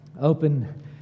open